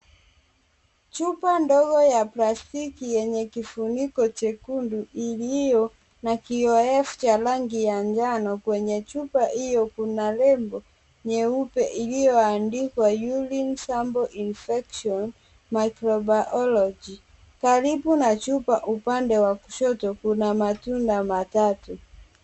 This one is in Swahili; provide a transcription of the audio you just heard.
Chupa ndogo ya plastiki yenye kifuniko chekundu iliyo na kioevu cha rangi ya njano kwenye chupa hiyo kuna lebo nyeupe iliyoandikwa Urine Sample Infection Microbiology . Karibu na chupa upande wa kushoto kuna matunda matatu.